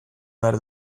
behar